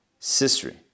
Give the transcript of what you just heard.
Sisri